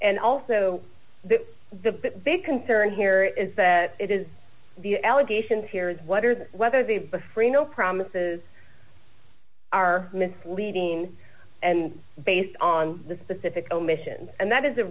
and also the big concern here is that it is the allegations here is what are the whether the befre no promises are misleading and based on the specific omission and that is a